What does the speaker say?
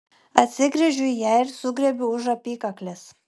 atsigręžiu į ją ir sugriebiu už apykaklės